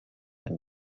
ein